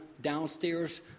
downstairs